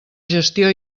gestió